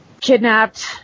kidnapped